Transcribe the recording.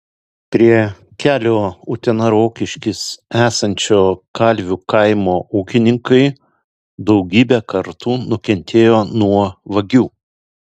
prie kelio utena rokiškis esančio kalvių kaimo ūkininkai daugybę kartų nukentėjo nuo vagių